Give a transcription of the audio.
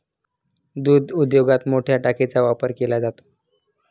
दूध उद्योगात मोठया टाकीचा वापर केला जातो